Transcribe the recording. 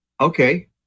Okay